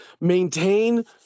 maintain